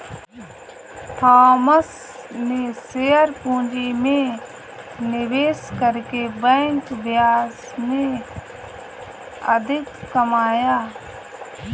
Thomas ने share पूंजी में निवेश करके बैंक ब्याज से अधिक कमाया